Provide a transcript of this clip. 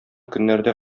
көннәрдә